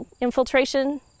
infiltration